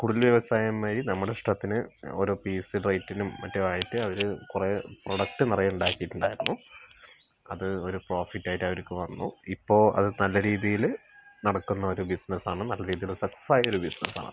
കുടിൽവ്യവസായം വഴി നമ്മുടെ ഇഷ്ടത്തിന് ഒരോ പീസ് റേറ്റിനും മറ്റും ആയിട്ട് അവര് കുറേ പ്രൊഡക്റ്റ് നിറയെ ഉണ്ടാക്കിയിട്ടുണ്ടായിരുന്നു അത് ഒരു പ്രോഫിറ്റ് ആയിട്ട് അവർക്ക് വന്നു ഇപ്പോൾ അത് നല്ല രീതിയിൽ നടക്കുന്ന ഒരു ബിസിനസ് ആണ് നല്ല രീതിയില് സക്സസ്സ് ആയ ബിസിനസ് ആണ്